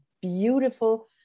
beautiful